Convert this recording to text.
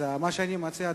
אני מציע,